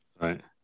Right